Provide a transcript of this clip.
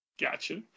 Gotcha